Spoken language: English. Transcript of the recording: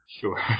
Sure